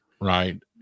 right